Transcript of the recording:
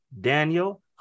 Daniel